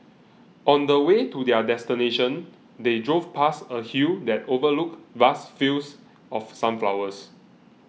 on the way to their destination they drove past a hill that overlooked vast fields of sunflowers